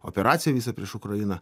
operaciją prieš ukrainą